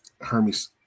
Hermes